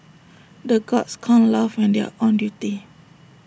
the guards can't laugh when they are on duty